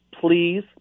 please